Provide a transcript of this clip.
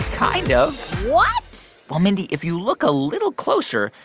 kind of what? well, mindy, if you look a little closer,